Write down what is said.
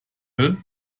will